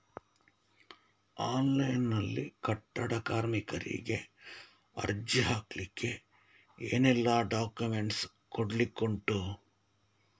Online ನಲ್ಲಿ ಕಟ್ಟಡ ಕಾರ್ಮಿಕರಿಗೆ ಅರ್ಜಿ ಹಾಕ್ಲಿಕ್ಕೆ ಏನೆಲ್ಲಾ ಡಾಕ್ಯುಮೆಂಟ್ಸ್ ಕೊಡ್ಲಿಕುಂಟು?